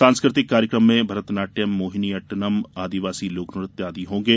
सांस्कृतिक कार्यक्रम में भरत नाट्यम मोहिनी अट्टनम आदिवासी लोकनत्य आदि होंगे